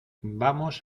vamos